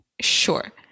Sure